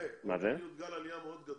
צריך להיות גל עלייה מאוד גדול,